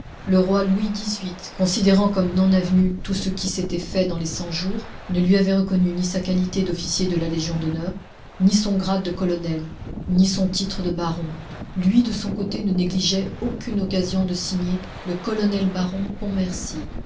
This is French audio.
le roi louis xviii considérant comme non avenu tout ce qui s'était fait dans les cent-jours ne lui avait reconnu ni sa qualité d'officier de la légion d'honneur ni son grade de colonel ni son titre de baron lui de son côté ne négligeait aucune occasion de signer le colonel baron